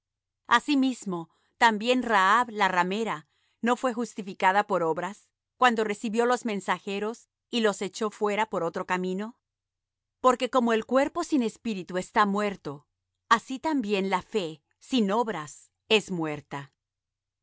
fe asimismo también rahab la ramera no fué justificada por obras cuando recibió los mensajeros y los echó fuera por otro camino porque como el cuerpo sin espíritu está muerto así también la fe sin obras es muerta